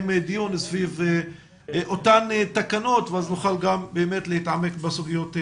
דיון סביב אותן תקנות ואז נוכל גם באמת להתעמק בסוגיות הללו.